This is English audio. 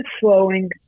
slowing